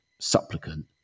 supplicant